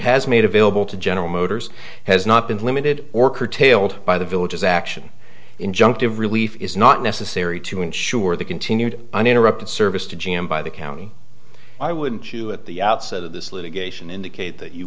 has made available to general motors has not been limited or curtailed by the villages action injunctive relief is not necessary to ensure the continued uninterrupted service to g m by the county i wouldn't you at the outset of this litigation indicate that you